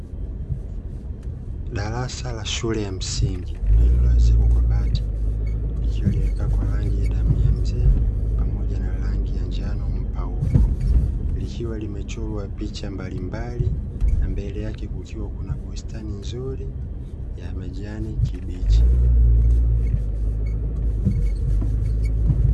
Darasa la shule ya msingi lililoezekwa kwa bati, likiwa limepakwa rangi ya damu ya mzee, pamoja na rangi ya njano mpauko. Likiwa limechorwa picha mbalimbali na mbele yake kukiwa kuna bustani nzuri ya majani kibichi.